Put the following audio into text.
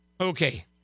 okay